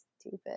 stupid